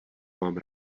mám